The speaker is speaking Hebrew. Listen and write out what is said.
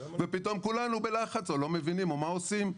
ופתאום כולנו בלחץ או לא מבינים או מה עושים.